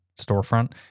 storefront